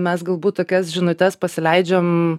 mes galbūt tokias žinutes pasileidžiam